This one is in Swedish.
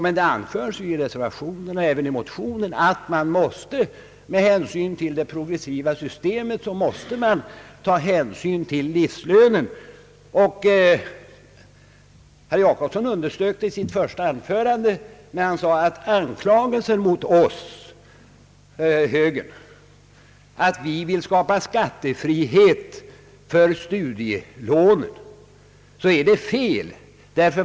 Men det anförs ju i motionen och även i reservationen att man på grund av det progressiva systemet måste ta hänsyn till livslönen, Herr Jacobsson sade också i sitt första anförande att anklagelsen mot högern för att den vill skapa skattefrihet för studielånen är oriktig.